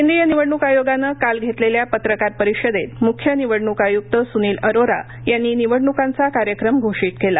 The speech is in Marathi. केंद्रीय निवडणूक आयोगानं काल घेतलेल्या पत्रकार परिषदेत मुख्य निवडणूक आयुक्त सुनील अरोरा यांनी निवडण्कांचा कार्यक्रम घोषित केला